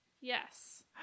yes